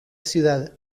ciudad